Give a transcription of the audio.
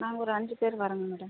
நாங்கள் ஒரு அஞ்சு பேர் வரோங்க மேடம்